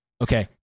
Okay